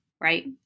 right